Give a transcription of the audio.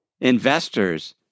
investors